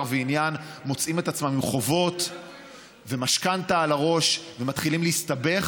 ועניין עם חובות ומשכנתה על הראש ומתחילים להסתבך: